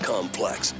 Complex